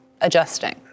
adjusting